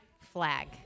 flag